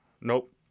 Nope